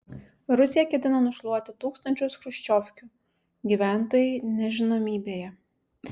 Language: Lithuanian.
rusija ketina nušluoti tūkstančius chruščiovkių gyventojai nežinomybėje